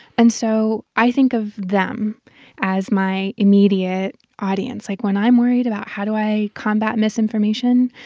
and so i think of them as my immediate audience. like, when i'm worried about how do i combat misinformation,